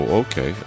okay